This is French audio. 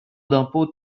d’impôt